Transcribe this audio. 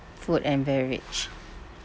food and beverage